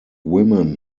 women